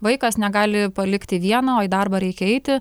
vaikas negali palikti vieno o į darbą reikia eiti